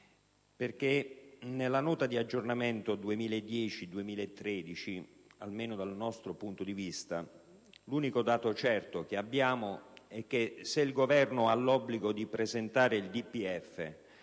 Nella Nota di aggiornamento 2010-2013, almeno dal nostro punto di vista, l'unico dato certo che abbiamo è che, se il Governo ha l'obbligo di presentare il DPEF